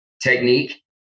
technique